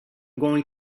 going